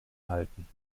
halten